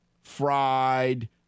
fried